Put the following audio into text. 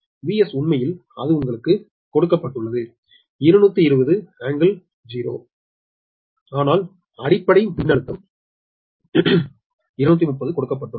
Vs உண்மையில் அது உங்களுக்குக் கொடுக்கப்பட்டுள்ளது 220∟0 ஆனால் அடிப்படை மின்னழுத்தம் 230 கொடுக்கப்பட்டுள்ளது